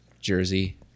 jersey